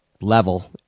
Level